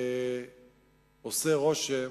עושה רושם